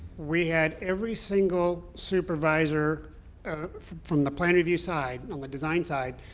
we had every single supervisor from from the plan review side, on the design side,